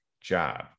job